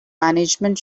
management